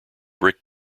brick